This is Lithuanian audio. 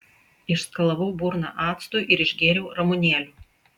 išskalavau burną actu ir išgėriau ramunėlių